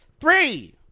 three